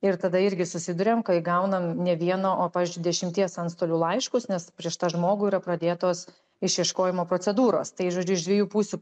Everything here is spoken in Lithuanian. ir tada irgi susiduriam kai gaunam ne vieno o pavyzdžiui dešimties antstolių laiškus nes prieš tą žmogų yra pradėtos išieškojimo procedūros tai žodžiu iš dviejų pusių